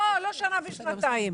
לא שנה ושנתיים.